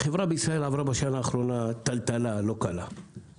החברה בישראל עברה בשנה האחרונה טלטלה לא קלה.